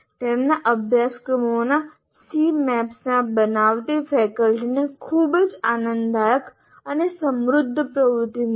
તેમના અભ્યાસક્રમોના Cmaps બનાવતી ફેકલ્ટીને ખૂબ જ આનંદદાયક અને સમૃદ્ધ પ્રવૃત્તિ મળી